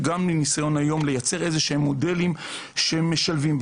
גם עם ניסיון היום לייצר איזשהם מודלים שהם משלבים,